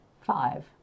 Five